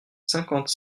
cinquante